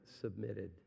submitted